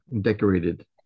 Decorated